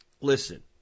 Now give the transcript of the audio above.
listen